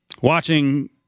watching